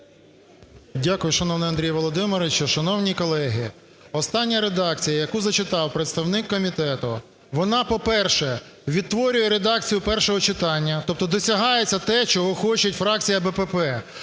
Дякую шановний Андрію Володимировичу. Шановні колеги, остання редакція, яку зачитав представник комітету, вона, по-перше, відтворює редакцію першого читання. Тобто досягається те, чого хоче фракція БПП.